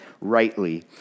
rightly